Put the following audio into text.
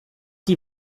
die